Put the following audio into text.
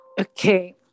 Okay